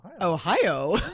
Ohio